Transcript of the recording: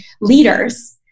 leaders